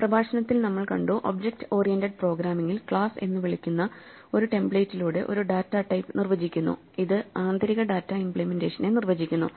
പ്രഭാഷണത്തിൽ നമ്മൾ കണ്ടു ഒബ്ജക്റ്റ് ഓറിയന്റഡ് പ്രോഗ്രാമിംഗിൽ ക്ലാസ് എന്ന് വിളിക്കുന്ന ഒരു ടെംപ്ലേറ്റിലൂടെ ഒരു ഡാറ്റാ ടൈപ്പ് നിർവചിക്കുന്നു ഇത് ആന്തരിക ഡാറ്റ ഇമ്പ്ലിമെന്റേഷനെ നിർവചിക്കുന്നു